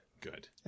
good